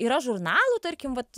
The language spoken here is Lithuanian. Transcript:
yra žurnalų tarkim vat